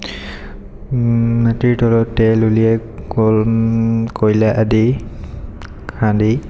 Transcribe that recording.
মাটিৰ তলত তেল উলিয়াই কল কয়লা আদি খান্দি